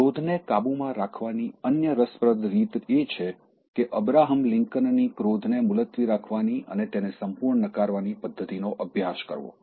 ક્રોધને કાબૂમાં રાખવાની અન્ય રસપ્રદ રીત એ છે કે અબ્રાહમ લિંકન ની ક્રોધને મુલતવી રાખવાની અને તેને સંપૂર્ણ નકારવાની પદ્ધતિનો અભ્યાસ કરવો